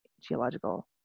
geological